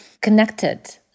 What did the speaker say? connected